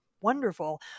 wonderful